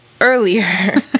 earlier